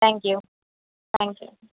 thank you thank you